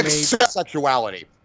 sexuality